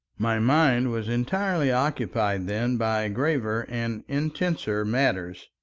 my mind was entirely occupied then by graver and intenser matters,